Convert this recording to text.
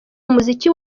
umuziki